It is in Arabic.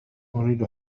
أريد